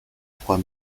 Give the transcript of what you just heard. trois